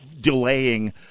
delaying